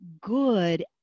good